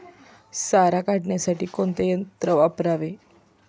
सारा काढण्यासाठी कोणते यंत्र वापरावे?